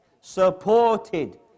supported